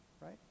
right